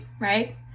right